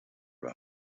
rock